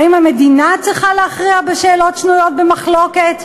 האם המדינה צריכה להכריע בשאלות שנויות במחלוקת?